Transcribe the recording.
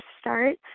start